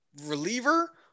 reliever